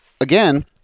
again